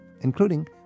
including